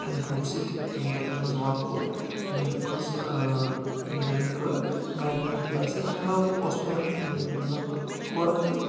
امہِ بوٗٹھ سۭتۍ ییٚلہِ مےٚ تَتھ منٛز وَاک کوٚر ییٚلہِ مےٚ تَتھ منٛز رَنِنٛگ کٔر بَیٚک پین تہِ باسیو امہِ علاوٕ اوس مےٚ مطلب کھورَن تہِ